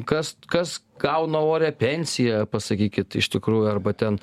kas kas gauna orią pensiją pasakykit iš tikrųjų arba ten